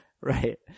Right